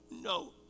no